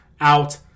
out